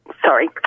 Sorry